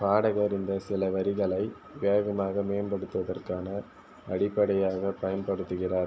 பாடகர் இந்த சில வரிகளை வேகமாக மேம்படுத்துவதற்கான அடிப்படையாகப் பயன்படுத்துகிறார்